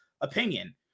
opinion